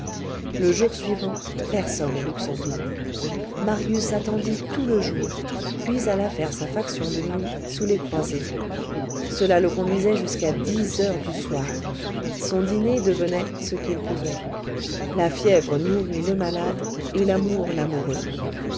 le jour suivant personne au luxembourg marius attendit tout le jour puis alla faire sa faction de nuit sous les croisées cela le conduisait jusqu'à dix heures du soir son dîner devenait ce qu'il pouvait la fièvre nourrit le malade et l'amour l'amoureux